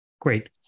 Great